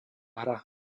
hra